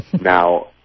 now